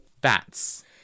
bats